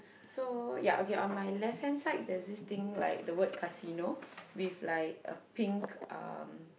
so ya okay on my left hand side there's this thing like the word casino with like a pink um